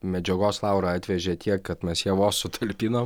medžiagos laura atvežė tiek kad mes ją vos sutalpinom